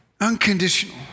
Unconditional